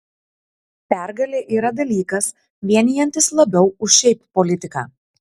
pergalė yra dalykas vienijantis labiau už šiaip politiką